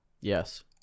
Yes